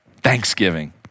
Thanksgiving